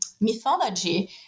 mythology